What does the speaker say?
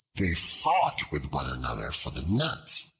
they fought with one another for the nuts.